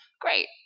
great